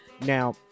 now